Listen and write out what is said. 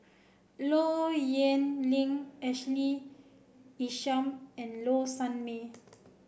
Low Yen Ling Ashley Isham and Low Sanmay